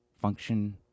Function